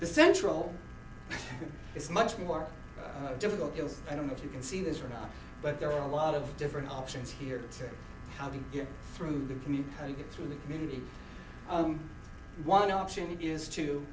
the central it's much more difficult because i don't know if you can see this or not but there are a lot of different options here how do you get through the commute you get through the community one option is to